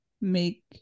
make